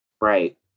Right